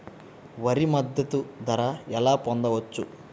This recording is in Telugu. వరి మద్దతు ధర ఎలా పొందవచ్చు?